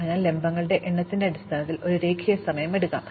അതിനാൽ ലംബങ്ങളുടെ എണ്ണത്തിന്റെ അടിസ്ഥാനത്തിൽ ഇത് രേഖീയ സമയം എടുക്കും